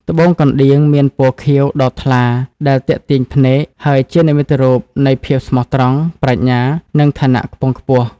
ត្បូងកណ្ដៀងមានពណ៌ខៀវដ៏ថ្លាដែលទាក់ទាញភ្នែក ហើយជានិមិត្តរូបនៃភាពស្មោះត្រង់ ប្រាជ្ញា និងឋានៈខ្ពង់ខ្ពស់។